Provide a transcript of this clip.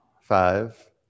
five